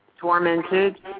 tormented